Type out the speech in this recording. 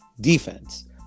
defense